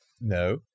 No